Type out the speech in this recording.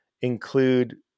include